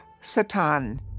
Satan